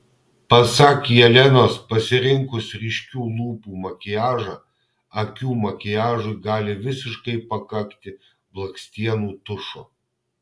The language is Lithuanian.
pasak jelenos pasirinkus ryškių lūpų makiažą akių makiažui gali visiškai pakakti blakstienų tušo